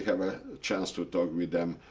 have a chance to talk with them